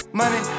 money